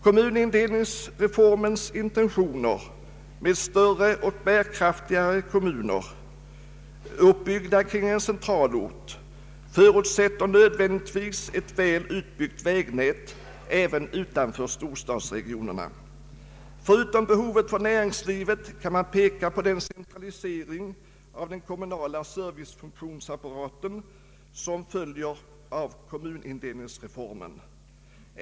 Kommunindelningsreformens intentioner med större och bärkraftigare kommuner, uppbyggda kring en centralort, förutsätter nödvändigtvis ett väl utbyggt vägnät även utanför storstadsregionerna. Förutom behovet för näringslivet kan man peka på den centralisering av de kommunala servicefunktionerna som följer av kommunindelningsreformen.